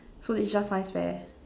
so it's just science fair